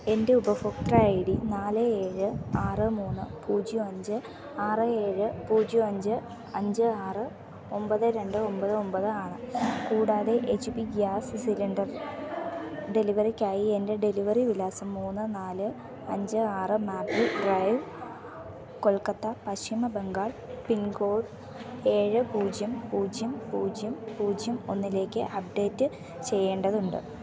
എൻ്റെ ഉപഭോക്തൃ I D നാല് ഏഴ് ആറ് മൂന്ന് പൂജ്യം അഞ്ച് ആറ് ഏഴ് പൂജ്യം അഞ്ച് അഞ്ച് ആറ് ഒമ്പത് രണ്ട് ഒമ്പത് ഒമ്പത് ആണ് കൂടാതെ എച്ച് പി ഗ്യാസ് സിലിണ്ടർ ഡെലിവറിക്കായി എൻ്റെ ഡെലിവറി വിലാസം മൂന്ന് നാല് അഞ്ച് ആറ് Maple Drive Kolkata Paschim Bengal pincode ഏഴ് പൂജ്യം പൂജ്യം പൂജ്യം പൂജ്യം ഒന്നിലേക്ക് അപ്ഡേറ്റ് ചെയ്യേണ്ടതുണ്ട്